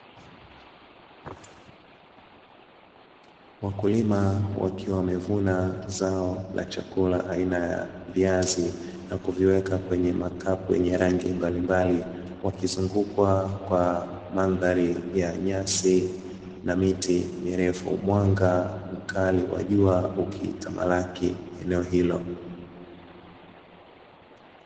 Wakulima wakiwa wamevuna zao la chakula aina ya viazi na kuviweka kwenye makapu yenye rangi mbalimbali wakizungukwa kwa mandhari ya nyasi na miti mirefu, mwanga mkali wa jua ukitamalaki eneo hilo.